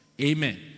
Amen